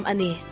Ani